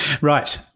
Right